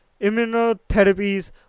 immunotherapies